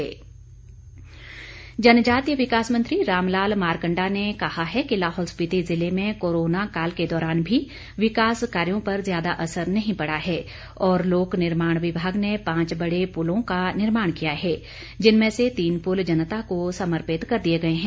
मारकंडा जनजातीय विकास मंत्री रामलाल मारकंडा ने कहा है कि लाहौल स्पिती जिले में कोरोना काल के दौरान भी विकास कार्यो पर ज्यादा असर नहीं पड़ा हैं और लोक निर्माण विभाग ने पांच बड़े पुलों का निर्माण किया है जिनमें से तीन पुल जनता को समर्पित कर दिए गए हैं